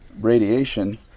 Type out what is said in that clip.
radiation